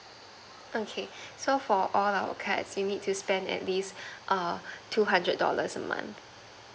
okay so for all our cards you need to spend atleast err two hundred dollars a month